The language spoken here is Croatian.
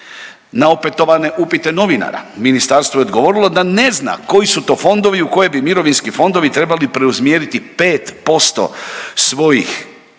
Na opetovane upite novinara, ministarstvo je odgovorilo da ne zna koji su to fondovi u koje bi mirovinski fondovi trebali preusmjeriti 5% svojih